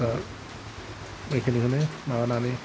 बेखिनिखौनो माबानानै